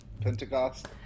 Pentecost